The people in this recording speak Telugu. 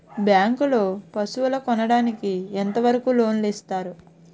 బ్యాంక్ లో పశువుల కొనడానికి ఎంత వరకు లోన్ లు ఇస్తారు?